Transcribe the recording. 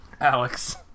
Alex